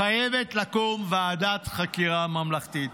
חייבת לקום ועדת חקירה ממלכתית.